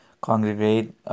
congregate